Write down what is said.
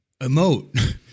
emote